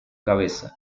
cabeza